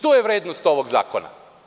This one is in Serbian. To je vrednost ovog zakona.